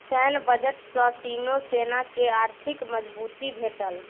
सैन्य बजट सॅ तीनो सेना के आर्थिक मजबूती भेटल